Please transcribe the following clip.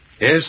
Yes